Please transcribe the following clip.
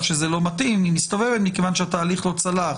שזה לא מתאים אלא היא מסתובבת כיוון שהתהליך לא צלח.